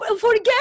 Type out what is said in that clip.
forget